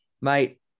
mate